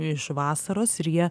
iš vasaros ir jie